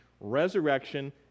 resurrection